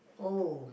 oh